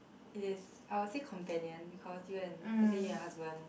it is I'll say companion because you and let's say you and your husband